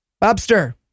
Bobster